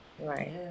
right